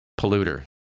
polluter